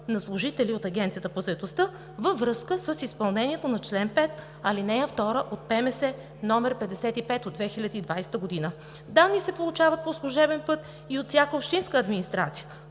на служители от Агенцията по заетостта във връзка с изпълнението на чл. 5, ал. 2 от ПМС № 55/2020 г. Данни се получават по служебен път и от всяка общинска администрация